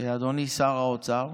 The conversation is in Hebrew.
אדוני שר האוצר,